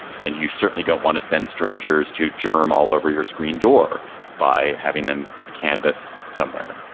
and you certainly don't want to send strangers to jerm all over your screen door by having them canvass somewhere.